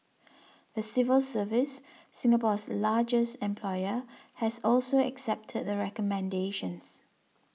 the civil service Singapore's largest employer has also accepted the recommendations